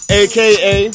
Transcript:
aka